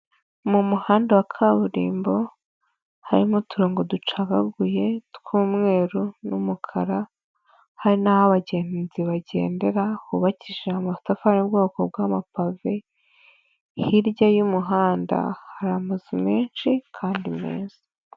Mu muhanda wa kaburimbo, harimo uturongo ducagaguye tw'umweru n'umukara, hari n'ho abagenzi bagendera, hubakishije amatafari yo mubwoko bw'amapave, hirya y'umuhanda hari amazu menshi kandi meza.